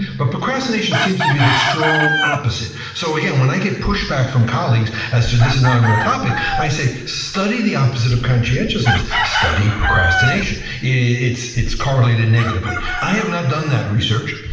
but procrastination seems to be the strong opposite. so again, when i get pushback from colleagues as to, this is not a real topic, i say, study the opposite of conscientiousness, study procrastination. it's it's correlated negatively. i have not done that research.